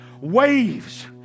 waves